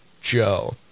Joe